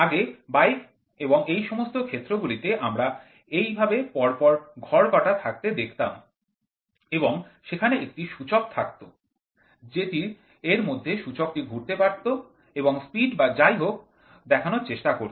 আগে বাইক এবং এই সমস্ত ক্ষেত্রগুলিতে আমরা এইভাবে পরপর ঘর কাটা থাকতে দেখতাম এবং সেখানে একটি সূচক থাকত যেটি এর মধ্যে সূচকটি ঘুরতে পারত এবং স্পিড বা যাই কিছু হোক দেখানোর চেষ্টা করত